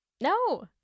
No